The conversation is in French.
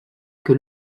que